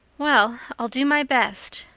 well, i'll do my best,